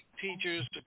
teachers